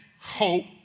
hope